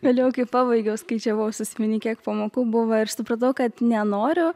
vėliau kai pabaigiau skaičiavau sąsiuviny kiek pamokų buvo ir supratau kad nenoriu